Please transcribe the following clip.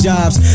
Jobs